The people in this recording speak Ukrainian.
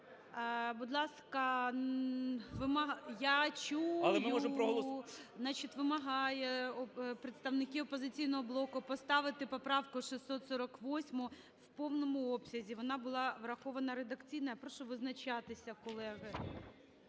у залі) Я чую... Вимагають представники "Опозиційного блоку" поставити поправку 648 в повному обсязі. Вона була врахована редакційно. Я прошу визначатися, колеги.